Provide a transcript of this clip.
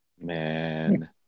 Man